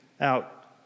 out